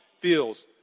feels